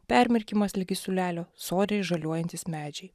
permirkimas ligi siūlelio sodriai žaliuojantys medžiai